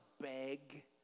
beg